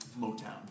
Motown